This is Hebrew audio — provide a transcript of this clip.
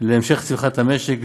להמשך צמיחת המשק,